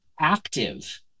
active